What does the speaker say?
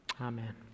Amen